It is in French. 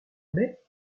baie